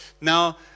Now